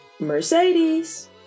Mercedes